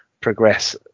progress